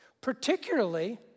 particularly